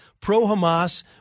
pro-Hamas